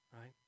right